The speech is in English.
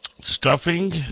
stuffing